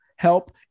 help